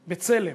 "בצלם",